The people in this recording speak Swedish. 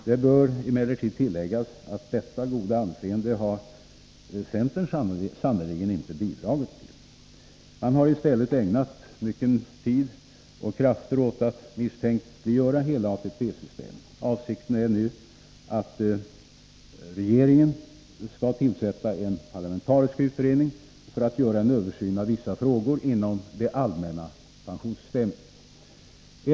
Det bör emellertid tilläggas att detta goda anseende är något som centern sannerligen inte har bidragit till. Man har i stället ägnat mycken tid och kraft åt att misstänkliggöra hela ATP-systemet. Avsikten är nu att regeringen skall tillsätta en parlamentarisk utredning för att göra en översyn av vissa frågor inom det allmänna pensionssystemet.